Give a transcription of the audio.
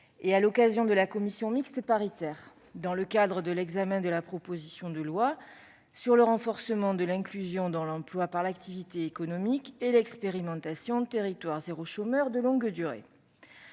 cet hémicycle et en commission mixte paritaire à l'occasion de l'examen de la proposition de loi sur le renforcement de l'inclusion dans l'emploi par l'activité économique et à l'expérimentation « territoires zéro chômeur de longue durée